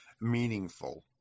meaningful